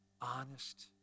honest